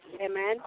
Amen